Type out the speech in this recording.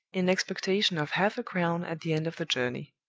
in expectation of half a crown at the end of the journey.